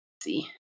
see